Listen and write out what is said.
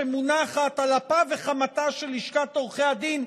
שמונחת על אפה ועל חמתה של לשכת עורכי הדין,